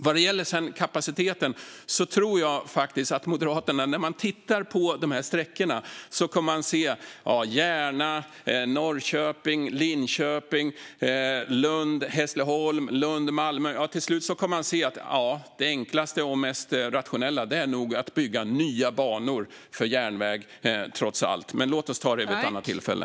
Vad gäller kapaciteten och de sträckorna tror jag att Moderaterna kommer att se att det i fråga om Järna, Norrköping, Linköping, Hässleholm, Lund och Malmö enklaste och mest rationella trots allt är att bygga nya banor för järnväg. Men låt oss ta det vid ett annat tillfälle.